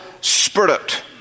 spirit